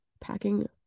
packing